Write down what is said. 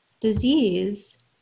disease